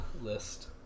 list